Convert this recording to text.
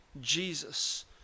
Jesus